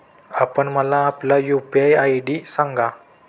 आपण मला आपला यू.पी.आय आय.डी सांगा